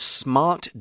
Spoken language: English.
smart